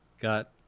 got